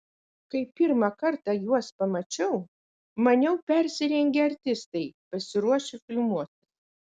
kai pirmą kartą juos pamačiau maniau persirengę artistai pasiruošę filmuotis